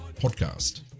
podcast